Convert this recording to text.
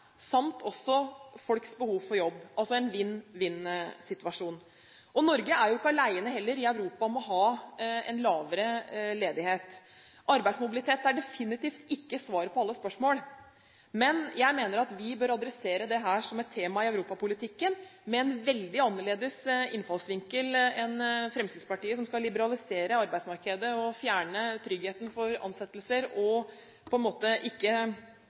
folks behov for jobb, altså en vinn-vinn-situasjon. Norge er ikke alene i Europa om å ha en lavere ledighet, og arbeidsmobilitet er definitivt ikke svaret på alle spørsmål, men jeg mener at vi bør adressere dette som et tema i europapolitikken, med en veldig annerledes innfallsvinkel enn Fremskrittspartiet, som skal liberalisere arbeidsmarkedet, fjerne tryggheten for ansettelser og